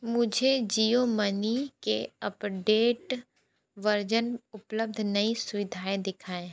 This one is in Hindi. मुझे जियो मनी के अपडेट वर्ज़न उपलब्ध नई सुविधाएँ दिखाएँ